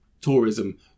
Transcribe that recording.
tourism